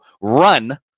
run